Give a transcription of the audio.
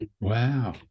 wow